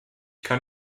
kann